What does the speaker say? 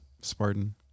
Spartan